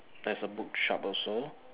there's a bookshop also